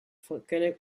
volcanic